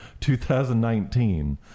2019